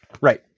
Right